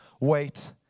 wait